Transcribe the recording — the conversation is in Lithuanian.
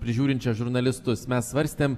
prižiūrinčią žurnalistus mes svarstėm